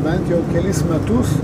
bent jau kelis metus